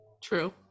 true